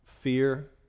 fear